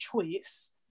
choice